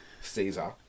Caesar